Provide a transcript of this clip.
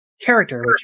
character